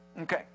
Okay